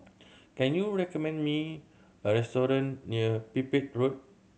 can you recommend me a restaurant near Pipit Road